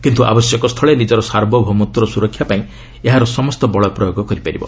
କିନ୍ତୁ ଆବଶ୍ୟକ ସ୍ଥଳେ ନିଜର ସାର୍ବଭୌମତ୍ୱର ସୁରକ୍ଷା ପାଇଁ ଏହାର ସମସ୍ତ ବଳ ପ୍ରୟୋଗ କରିବ